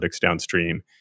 downstream